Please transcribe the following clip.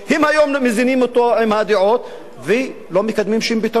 הם היום מזינים אותו עם הדעות ולא מקדמים שום פתרון.